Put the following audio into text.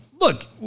Look